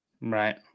Right